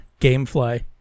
Gamefly